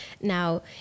Now